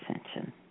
ascension